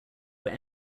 were